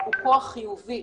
הוא כוח חיובי,